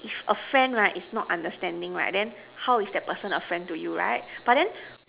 if a friend right is not understanding right then how is that person a friend to you right but then